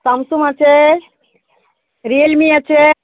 Samsung আছে Realme আছে